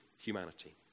humanity